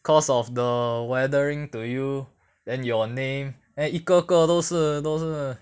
cause of the weathering to you then your name then 一个个都是都是